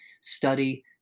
study